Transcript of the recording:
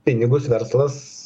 pinigus verslas